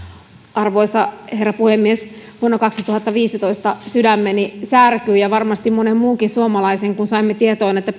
arvoisa herra puhemies vuonna kaksituhattaviisitoista sydämeni särkyi ja varmasti monen muunkin suomalaisen kun saimme tiedon että